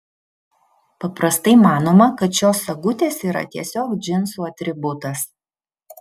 paprastai manoma kad šios sagutės yra tiesiog džinsų atributas